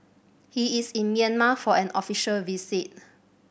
he is in Myanmar for an official visit